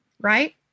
right